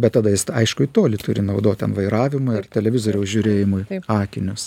bet tada jis taišku į tolį turi naudot ten vairavimui ar televizoriaus žiūrėjimui akinius